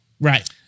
Right